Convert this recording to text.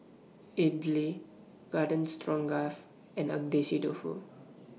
Idili Garden Stroganoff and Agedashi Dofu